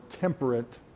temperate